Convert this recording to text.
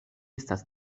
estas